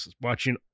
watching